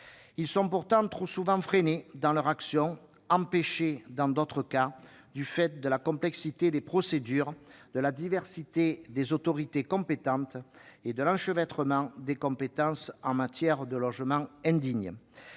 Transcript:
sont pourtant trop souvent freinés dans leurs actions, empêchés dans d'autres cas, du fait de la complexité des procédures, de la diversité des autorités concernées et de l'enchevêtrement des compétences en matière de logement indigne.